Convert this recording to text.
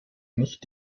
nicht